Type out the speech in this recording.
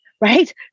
right